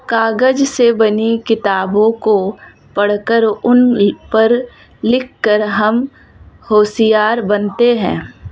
कागज से बनी किताबों को पढ़कर उन पर लिख कर हम होशियार बनते हैं